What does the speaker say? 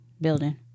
building